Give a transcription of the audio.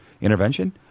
Intervention